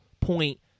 point